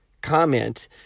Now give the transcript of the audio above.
comment